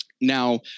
now